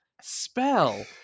spell